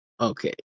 Okay